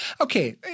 Okay